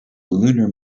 lunar